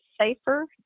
safer